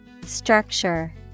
Structure